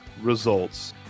results